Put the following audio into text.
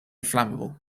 flammable